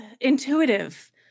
intuitive